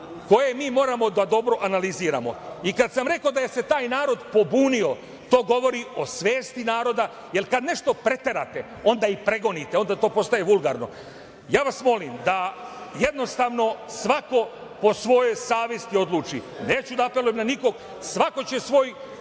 koje mi moramo da dobro analiziramo. Kad sam rekao da se taj narod pobunio, to govori o svesti naroda, jer kad nešto preterate, onda i pregonite, onda to postaje vulgarno. Ja vas molim da jednostavno svako po svojoj savesti odluči, neću da apelujem ni na koga, svako će svoj